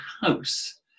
house